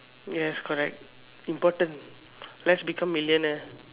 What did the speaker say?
yes correct important best become millionaire